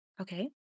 Okay